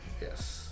Yes